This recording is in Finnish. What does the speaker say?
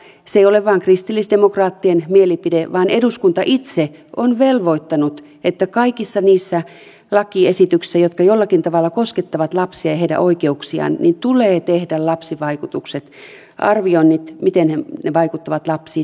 se ei ole vain kristillisdemokraattien mielipide vaan eduskunta itse on velvoittanut että kaikissa niissä lakiesityksissä jotka jollakin tavalla koskettavat lapsia ja heidän oikeuksiaan tulee tehdä lapsivaikutusten arvioinnit miten ne vaikuttavat lapsiin